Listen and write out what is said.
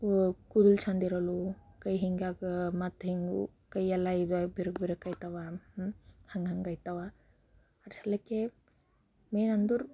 ಕೂದಲು ಚೆಂದ ಇರಲ್ವೋ ಕೈ ಹಿಂಗ್ಯಾಕೆ ಮತ್ತು ಹಿಂಗೆ ಕೈಯ್ಯೆಲ್ಲ ಇದಾಗಿ ಬಿರುಕು ಬಿರುಕು ಅಯ್ತವಾ ಹಂಗೆ ಹಂಗೆ ಆಯ್ತವಾ ಅಷ್ಟ್ಸಲಕ್ಕೆ ಮೇನ್ ಅಂದರು